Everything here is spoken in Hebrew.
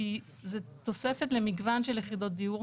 כי זה תוספת למגוון של יחידות דיור,